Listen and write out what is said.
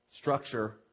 structure